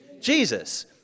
Jesus